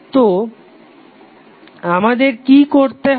তো আমাদের কি করতে হবে